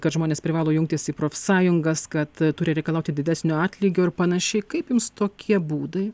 kad žmonės privalo jungtis į profsąjungas kad turi reikalauti didesnio atlygio ir panašiai kaip jums tokie būdai